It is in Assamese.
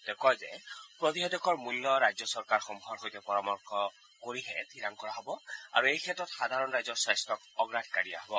তেওঁ কয় যে প্ৰতিষেধকৰ মূল্য ৰাজ্য চৰকাৰসমূহৰ সৈতে পৰামৰ্শ কৰিহে ঠিৰাং কৰা হ'ব আৰু সাধাৰণ ৰাইজৰ স্বাস্থক অগ্নাধিকাৰ দিয়া হ'ব